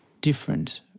different